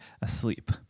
asleep